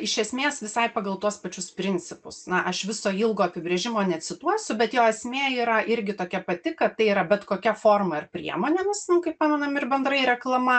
iš esmės visai pagal tuos pačius principus na aš viso ilgo apibrėžimo necituosiu bet jo esmė yra irgi tokia pati kad tai yra bet kokia forma ar priemonėmis nu kaip pamenam ir bendrai reklama